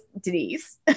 Denise